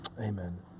Amen